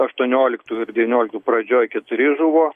aštuonioliktų ir devynioliktų pradžioj keturi žuvo